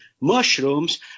mushrooms